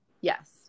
Yes